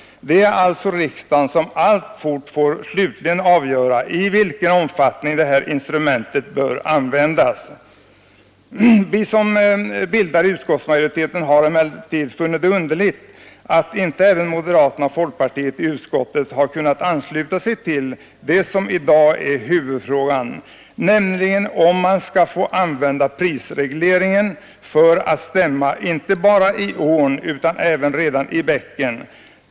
Det är alltså riksdagen som alltfort får slutligt avgöra i vilken omfattning det här instrumentet bör användas. Vi som bildar utskottsmajoritet har emellertid funnit det vara underligt att inte även moderaterna och folkpartisterna i utskottet har kunnat ansluta sig till det som är huvudfrågan, nämligen om man skall få använda prisreglering för att stämma inte bara i ån utan helst redan i bäcken.